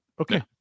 okay